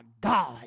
God